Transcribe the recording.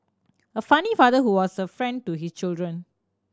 a funny father who was a friend to his children